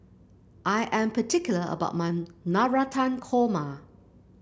I am particular about mun Navratan Korma